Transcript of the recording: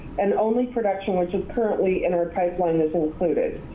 and only production which is currently in our pipeline is included.